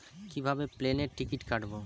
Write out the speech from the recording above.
কিভাবে প্লেনের টিকিট কাটব?